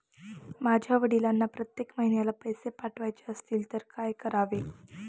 माझ्या वडिलांना प्रत्येक महिन्याला पैसे पाठवायचे असतील तर काय करावे?